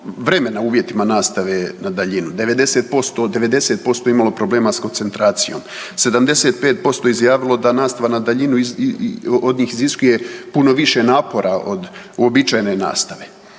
vremena uvjetima nastave na daljinu, 90%, 90% je imalo problema s koncentracijom, 75% je izjavilo da nastava na daljinu od njih iziskuje puno više napora od uobičajene nastave.